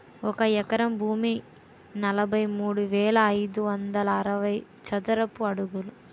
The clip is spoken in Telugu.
ఒక ఎకరం భూమి నలభై మూడు వేల ఐదు వందల అరవై చదరపు అడుగులు